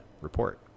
report